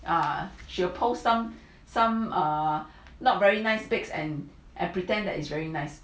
err she will post some some are not very nice pics and and pretend that it's very nice